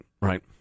right